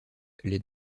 les